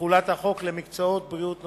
תחולת החוק למקצועות בריאות נוספים).